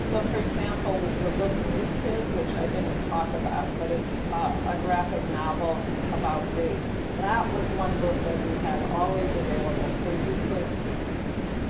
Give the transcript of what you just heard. so for example the book new kid, which i didn't talk about, but it's a graphic novel about race, but that ah was one book that we had always available, so you could